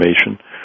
information